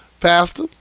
Pastor